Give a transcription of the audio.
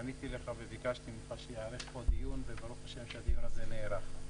פניתי אליך וביקשתי ממך שיתקיים כאן דיון וברוך השם הדיון הזה מתקיים.